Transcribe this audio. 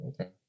Okay